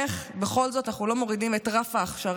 איך בכל זאת אנחנו לא מורידים את רף ההכשרה.